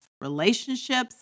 relationships